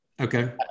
Okay